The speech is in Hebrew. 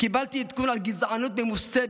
קיבלתי עדכון על גזענות ממוסדת: